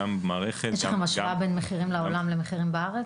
גם במערכת --- יש לכם השוואה בין מחירים בעולם למחירים בארץ?